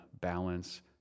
balance